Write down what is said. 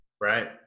Right